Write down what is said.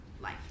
life